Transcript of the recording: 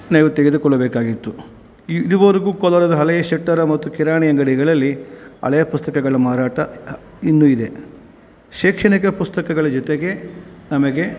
ನಾವು ತೆಗೆದುಕೊಳ್ಳಬೇಕಾಗಿತ್ತು ಇದುವರ್ಗು ಕೋಲಾರದ ಹಳೆಯ ಶೆಟ್ಟರ ಮತ್ತು ಕಿರಾಣಿ ಅಂಗಡಿಗಳಲ್ಲಿ ಹಳೇ ಪುಸ್ತಕಗಳ ಮಾರಾಟ ಇನ್ನೂ ಇದೆ ಶೈಕ್ಷಣಿಕ ಪುಸ್ತಕಗಳ ಜೊತೆಗೆ ನಮಗೆ